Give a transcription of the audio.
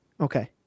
Okay